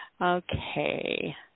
Okay